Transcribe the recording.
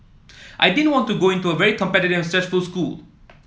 I didn't want to go into a very competitive and stressful school